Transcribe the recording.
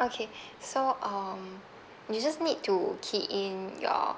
okay so um we just need to key in your